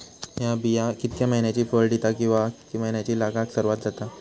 हया बिया कितक्या मैन्यानी फळ दिता कीवा की मैन्यानी लागाक सर्वात जाता?